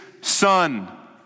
son